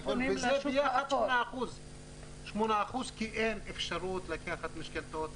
וזה ביחד 8% כי אין אפשרות לקחת משכנתאות,